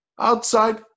Outside